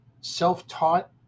Self-taught